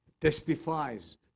testifies